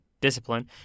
discipline